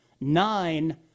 nine